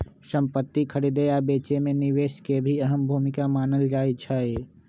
संपति खरीदे आ बेचे मे निवेश के भी अहम भूमिका मानल जाई छई